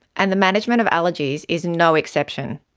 and the management of allergies is no exception.